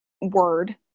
word